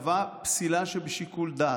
קבע פסילה שבשיקול דעת.